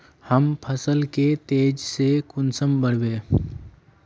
हम फसल के तेज से कुंसम बढ़बे?